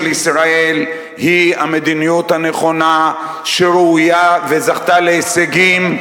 ישראל היא המדיניות הנכונה וזכתה להישגים,